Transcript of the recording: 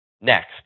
next